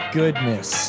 goodness